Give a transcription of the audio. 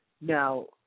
Now